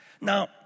Now